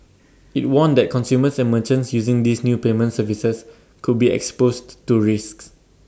IT warned that consumers and merchants using these new payment services could be exposed to risks